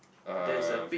um